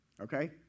okay